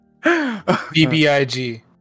BBIG